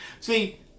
See